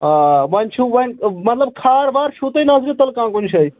آ وۄنۍ چھُ وۄنۍ مطلب کھار وار چھُو تۄہہِ نظرِ تَل کانٛہہ کُنہِ جاے